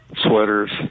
sweaters